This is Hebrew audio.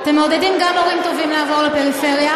אתם מעודדים גם מורים טובים לעבור לפריפריה,